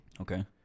Okay